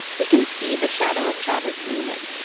we can see the shadow of chavez looming,